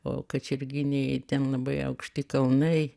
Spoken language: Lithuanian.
o kačerginėj ten labai aukšti kalnai